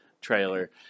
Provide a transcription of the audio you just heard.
trailer